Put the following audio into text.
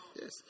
Yes